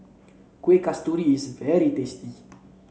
Kueh Kasturi is very tasty